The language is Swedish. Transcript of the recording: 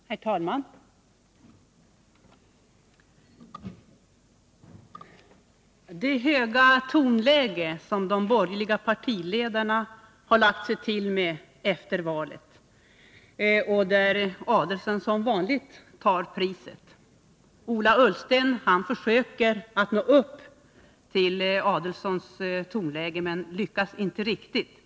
Herr talman! Det är ett högt tonläge som de borgerliga partiledarna har lagt sig till med efter valet. Ulf Adelsohn tar som vanligt priset. Ola Ullsten försöker så gott han kan nå upp till Ulf Adelsohns tonläge men lyckas inte riktigt.